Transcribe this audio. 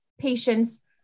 patient's